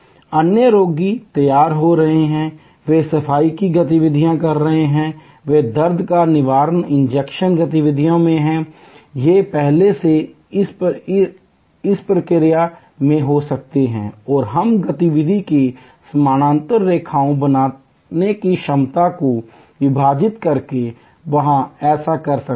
अन्य रोगी तैयार हो रहे हैं वे सफाई की गतिविधियां कर रहे हैं वे दर्द निवारक इंजेक्शन गतिविधि में हैं ये पहले से ही इस प्रक्रिया में हो सकते हैं और हम गतिविधि की समानांतर रेखाएँ बनाने की क्षमता को विभाजित करके वहाँ ऐसा कर सकते हैं